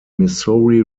missouri